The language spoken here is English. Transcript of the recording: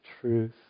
truth